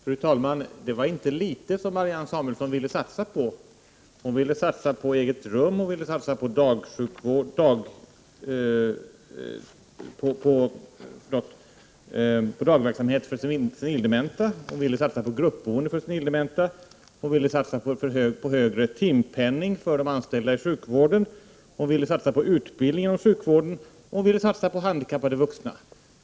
Fru talman! Det var inte litet som Marianne Samuelsson ville satsa på: eget rum, dagsjukvård, dagverksamhet för senildementa, gruppboende för senildementa, högre timpenning för de anställda i sjukvården och utbildning inom sjukvården och handikappade vuxna.